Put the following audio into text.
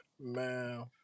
Man